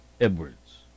Edwards